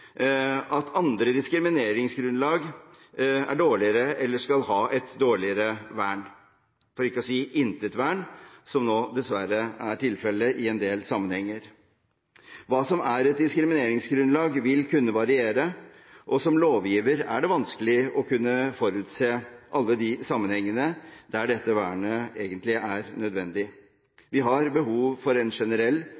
at andre diskrimineringsgrunnlag er dårligere eller skal ha et dårligere vern – for ikke å si intet vern, som nå dessverre er tilfellet i en del sammenhenger. Hva som er et diskrimineringsgrunnlag, vil kunne variere, og som lovgiver er det vanskelig å kunne forutse alle de sammenhengene der dette vernet egentlig er nødvendig.